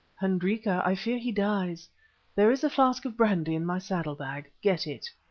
hendrika, i fear he dies there is a flask of brandy in my saddle-bag get it.